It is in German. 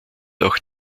auch